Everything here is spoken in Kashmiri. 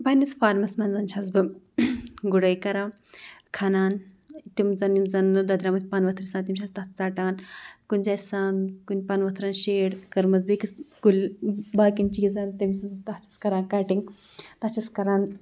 پنٛنِس فارمَس منٛز چھَس بہٕ گُڑٲے کَران کھَنان تِم زَن یِم زَن نہٕ دۄدریٛامٕتۍ پَنہٕ ؤتھٕر چھِ آسان تِم چھَس تَتھ ژَٹان کُنہِ جایہِ چھِ آسان کُنہِ پَنہٕ ؤتھرَس شیڈ کٔرمٕژ بیٚکِس کُلۍ باقٕیَن چیٖزَن تیٚۍ سٕنٛز تَتھ چھَس کَران کَٹِنٛگ تَتھ چھَس کَران